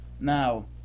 Now